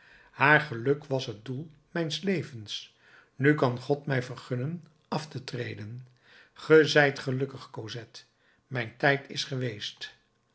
haar geluk was het doel mijns levens nu kan god mij vergunnen af te treden ge zijt gelukkig cosette mijn tijd is er geweest